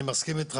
אני מסכים איתך,